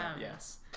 yes